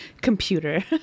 computer